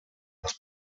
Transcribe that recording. das